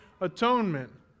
atonement